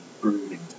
Brooding